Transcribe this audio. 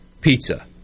pizza